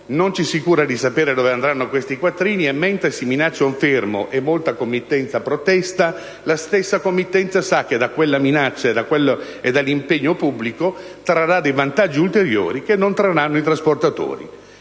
non ci si cura di sapere dove andranno. Mentre si minaccia un fermo e molta committenza protesta, la stessa sa che da quella minaccia e da quelll'impegno pubblico trarrà vantaggi ulteriori che non trarranno i trasportatori,